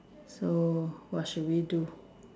so what should we do